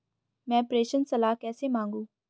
मैं प्रेषण सलाह कैसे मांगूं?